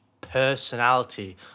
personality